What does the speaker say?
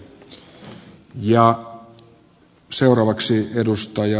se olisi hyvä suunta